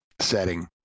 setting